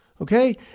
okay